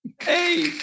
Hey